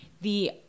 the-